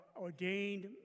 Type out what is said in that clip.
ordained